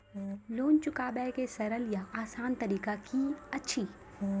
Loan चुकाबै के सरल या आसान तरीका की अछि?